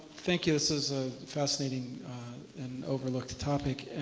thank you. this is a fascinating and overlooked topic,